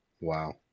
Wow